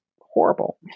horrible